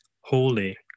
holy